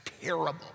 terrible